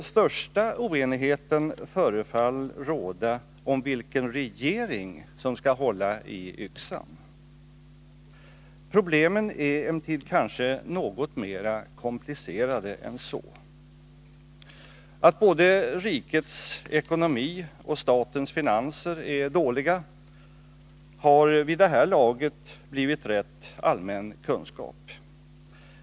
Största oenigheten föreföll råda om vilken regering som skall hålla i yxan. Problemen är emellertid kanske något mer komplicerade än så. Att både rikets ekonomi och statens finanser är dåliga har vid det här laget blivit rätt allmän kunskap.